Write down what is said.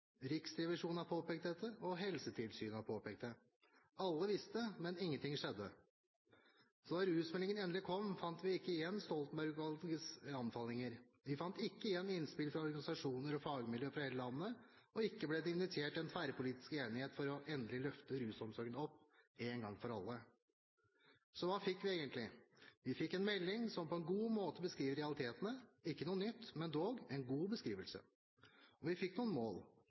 Riksrevisjonen har påpekt dette, og Helsetilsynet har påpekt det. Alle visste det, men ingenting skjedde. Da rusmeldingen endelig kom, fant vi ikke igjen Stoltenberg-utvalgets anbefalinger. Vi fant ikke igjen innspill fra organisasjoner og fagmiljø fra hele landet, og ikke ble det invitert til en tverrpolitisk enighet for endelig å løfte rusomsorgen opp – en gang for alle. Så hva fikk vi egentlig? Vi fikk en melding som på en god måte beskriver realitetene – ikke noe nytt, men dog en god beskrivelse. Og vi fikk noen mål,